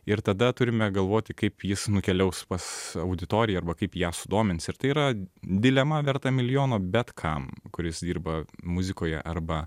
ir tada turime galvoti kaip jis nukeliaus pas auditoriją arba kaip ją sudomins ir tai yra dilema verta milijono bet kam kuris dirba muzikoje arba